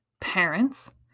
parents